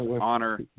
honor